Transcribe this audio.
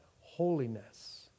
holiness